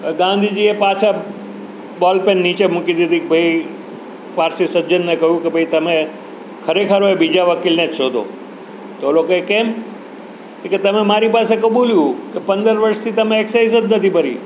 હવે ગાંધીજીએ પાછા બૉલપેન નીચે મૂકી દીધી કે ભાઈ પારસી સજ્જનને કહ્યું કે ભાઈ તમે ખરેખર હવે બીજા વકીલને જ શોધી તો ઓલો કહે કેમ કહે કે તમે મારી પાસે કબૂલ્યું કે પંદર વર્ષથી તમે એક્સાઈઝ જ નથી ભરી